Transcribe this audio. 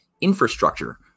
infrastructure